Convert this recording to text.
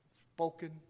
spoken